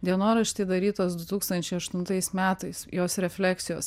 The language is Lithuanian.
dienorašty darytas du tūkstančiai aštuntais metais jos refleksijos